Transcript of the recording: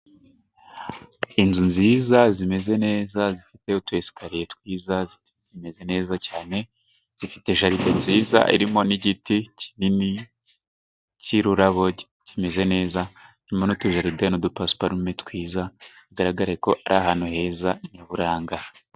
Inzu nziza zimeze neza, zifite utu esikariye twiza, zimeze neza cyane, zifite jaride nziza irimo n'igiti kinini cy'rurabo kimeze neza, harimo n'utujaride, n'udupasiparume twiza, bigaragare ko ari ahantu heza nyaburanga.